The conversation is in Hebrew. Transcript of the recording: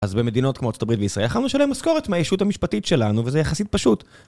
אז במדינות כמו ארה״ב וישראל יכלנו לשלם משכורת מהישות המשפטית שלנו וזה יחסית פשוט.